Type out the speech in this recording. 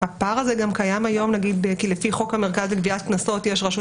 הפער הזה גם קיים היום כי לפי חוק המרכז לגביית קנסות יש רשות